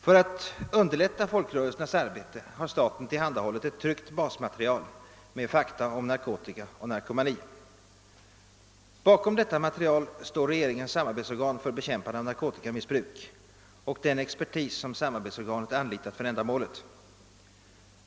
För att underlätta folkrörelsernas arbete har staten tillhandahållit ett tryckt basmaterial med fakta om narkotika och narkomani. Bakom detta material står regeringens samarbetsorgan för bekämpande av narkotikamissbruk och den expertis som samarbetsorganet anlitat för ändamålet.